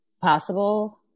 possible